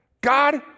God